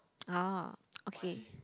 oh okay